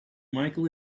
micheal